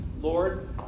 Lord